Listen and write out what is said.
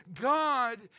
God